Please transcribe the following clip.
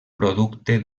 producte